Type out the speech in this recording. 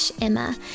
Emma